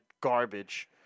garbage